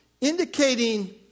Indicating